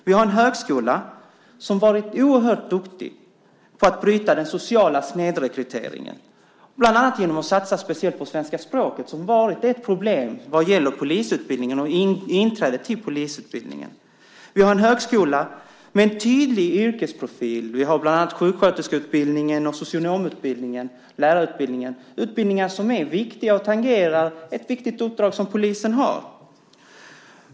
Vi har en högskola som har varit oerhört duktig på att bryta den sociala snedrekryteringen, bland annat genom att satsa speciellt på svenska språket, som varit ett problem vad gäller inträdet till polisutbildningen. Vi har en högskola med en tydlig yrkesprofil. Vi har bland annat sjuksköterskeutbildningen, socionomutbildningen och lärarutbildningen, utbildningar som är viktiga och tangerar ett viktigt uppdrag som polisen har.